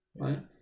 Right